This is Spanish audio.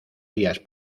días